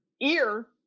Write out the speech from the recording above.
ear